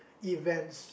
events